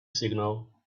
signal